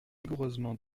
vigoureusement